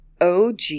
OG